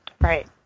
Right